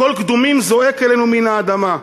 קול קדומים זועק אלינו מן האדמה,